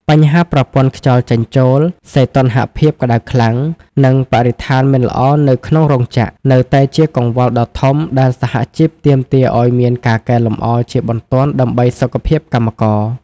បញ្ហាប្រព័ន្ធខ្យល់ចេញចូល សីតុណ្ហភាពក្តៅខ្លាំង និងបរិស្ថានមិនល្អនៅក្នុងរោងចក្រ នៅតែជាកង្វល់ដ៏ធំដែលសហជីពទាមទារឱ្យមានការកែលម្អជាបន្ទាន់ដើម្បីសុខភាពកម្មករ។